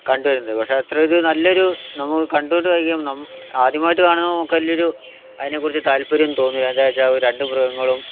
കണ്ടുവരുന്നത് പക്ഷേ അത്രയൊരു നല്ലൊരു നമുക്ക് കണ്ടോണ്ട് പോയികഴിയുമ്പോൾ ആദ്യമായിട്ട് കാണുന്ന നമ്മുക്ക് വലിയൊരു അതിലൊരു താല്പര്യം തോന്നില്ല എന്നതാന്നു വെച്ചാൽ രണ്ട് മൃഗങ്ങളും